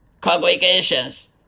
congregations